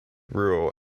rule